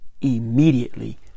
immediately